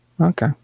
Okay